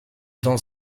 dans